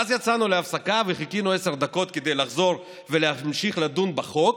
ואז יצאנו להפסקה וחיכינו עשר דקות כדי לחזור ולהמשיך לדון בחוק,